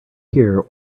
here